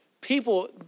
People